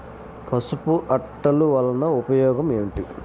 పసుపు అట్టలు వలన ఉపయోగం ఏమిటి?